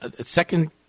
second